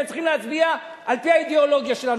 והם צריכים להצביע על-פי האידיאולוגיה שלנו.